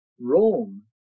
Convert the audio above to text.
Rome